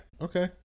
okay